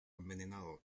envenenado